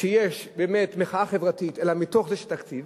שיש באמת מחאה חברתית, אלא מתוך זה שיש תקציב.